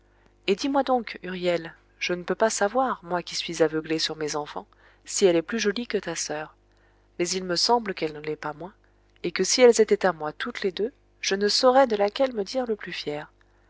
et dis-moi donc huriel je ne peux pas savoir moi qui suis aveuglé sur mes enfants si elle est plus jolie que ta soeur mais il me semble qu'elle ne l'est pas moins et que si elles étaient à moi toutes les deux je ne saurais de laquelle me dire le plus fier